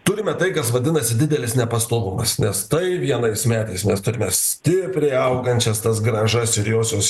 turime tai kas vadinasi didelis nepastovumas nes tai vienais metais mes turime stipriai augančias tas grąžas ir josios